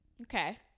Okay